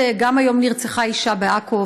גם היום נרצחה אישה בעכו,